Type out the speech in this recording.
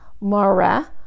Mara